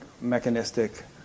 mechanistic